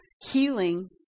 healing